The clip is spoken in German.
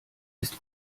ist